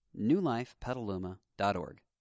newlifepetaluma.org